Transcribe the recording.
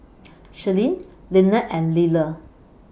Sherilyn Lynnette and Liller